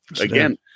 Again